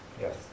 Yes